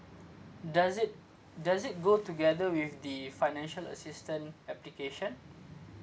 does it does it go together with the financial assistance application